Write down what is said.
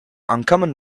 uncommon